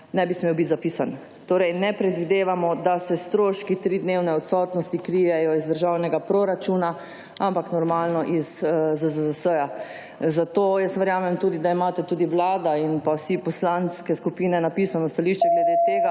ne bi smel biti zapisan. Torej ne predvidevamo, da se stroški tridnevne odsotnosti krijejo iz državnega proračuna, ampak normalno iz ZZZS. Zato jaz verjamem tudi, da imate tudi Vlada in pa vse poslanske skupine napisano v stališču glede tega,